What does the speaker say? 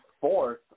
fourth